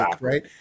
right